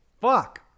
Fuck